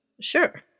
sure